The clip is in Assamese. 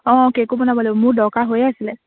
অঁ কেকো বনাব লাগিব মোৰ দৰকাৰ হৈয়ে আছিলে